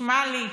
תשמע לי.